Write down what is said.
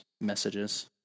messages